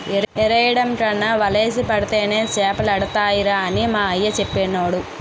ఎరెయ్యడం కన్నా వలేసి పడితేనే సేపలడతాయిరా అని మా అయ్య సెప్పేవోడు